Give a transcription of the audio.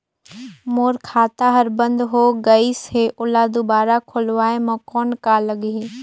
मोर खाता हर बंद हो गाईस है ओला दुबारा खोलवाय म कौन का लगही?